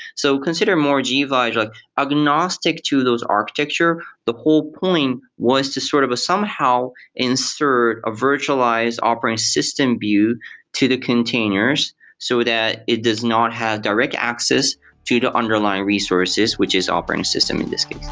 so consider more gvisor like agnostic to those architecture. the whole point was to sort of somehow insert a virtualized operating system view to the containers so that it does not have direct access to the underlying resources, which is operating system in this case.